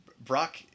Brock